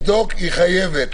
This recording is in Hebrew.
לבדוק היא חייבת.